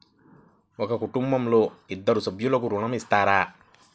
ఒక కుటుంబంలో ఇద్దరు సభ్యులకు ఋణం ఇస్తారా?